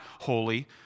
holy